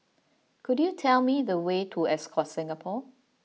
could you tell me the way to Ascott Singapore